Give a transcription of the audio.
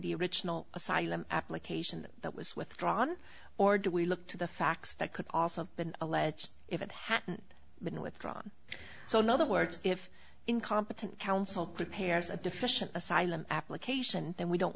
the original asylum application that was withdrawn or did we look to the facts that could also have been alleged if it had been withdrawn so in other words if incompetent counsel prepares a deficient asylum application then we don't